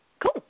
Cool